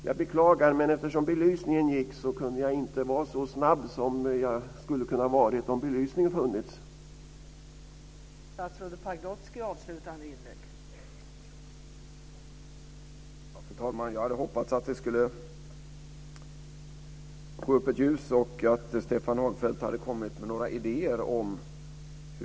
Jag beklagar, men eftersom belysningen gick i kammaren kunde jag inte vara så snabb som jag hade kunnat vara om belysningen funnits kvar.